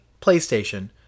PlayStation